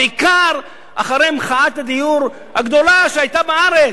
בעיקר אחרי מחאת הדיור הגדולה שהיתה בארץ.